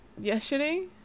yesterday